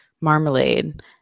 marmalade